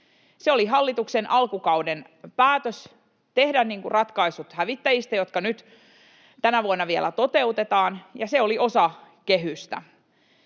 Oli hallituksen alkukauden päätös tehdä ratkaisut hävittäjistä, jotka nyt tänä vuonna vielä toteutetaan, ja se oli osa kehystä.